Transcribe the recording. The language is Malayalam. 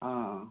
ആ